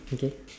okay